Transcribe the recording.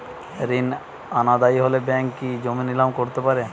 ঋণ অনাদায়ি হলে ব্যাঙ্ক কি জমি নিলাম করতে পারে?